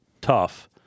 tough